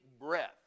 breath